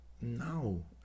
no